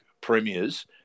premiers